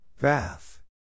Bath